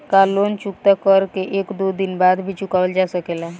का लोन चुकता कर के एक दो दिन बाद भी चुकावल जा सकेला?